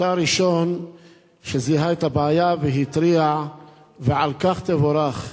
אתה הראשון שזיהה את הבעיה והתריע ועל כך תבורך.